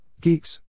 Geeks